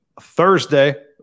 Thursday